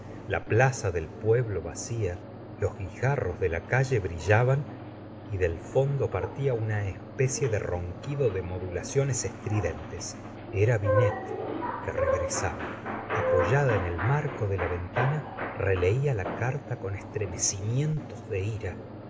la plaza del pueblo vacía los guijarros de la calle brillaban y del fondo partía una especie de ronquido de modulaciones etridentes era binet que regresaba apoyada en el marco de la ventana releía lacarta con estremecimientos de ira